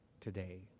today